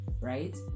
right